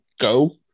go